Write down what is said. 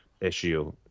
issue